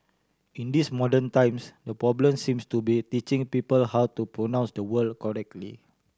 in these modern times the problem seems to be teaching people how to pronounce the word correctly